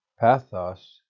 pathos